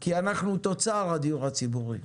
כי אנחנו תוצר הדיור הציבורי,